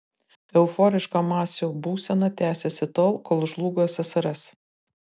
euforiška masių būsena tęsėsi tol kol žlugo ssrs